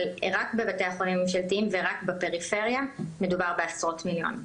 אבל רק בבתי החולים הממשלתיים ורק בפריפריה מדובר בעשרות מיליונים.